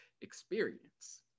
experience